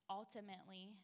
ultimately